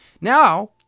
Now